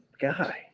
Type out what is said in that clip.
guy